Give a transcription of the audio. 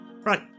Right